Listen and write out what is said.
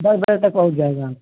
दस बजे तक पहुँच जाएगा